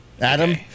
Adam